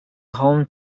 home